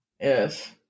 Yes